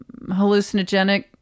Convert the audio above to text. hallucinogenic